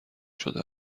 شده